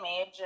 age